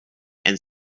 and